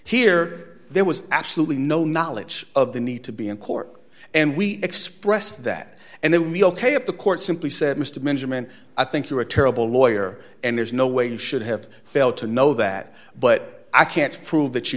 here there was absolutely no knowledge of the need to be in court and we express that and then we'll pay if the court simply said mr benjamin i think you're a terrible lawyer and there's no way you should have failed to know that but i can't prove that you